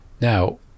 Now